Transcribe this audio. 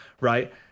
right